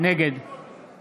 נגד